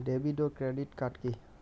David ও credit card কি?